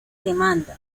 demanda